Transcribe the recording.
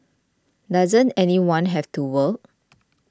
doesn't anyone have to work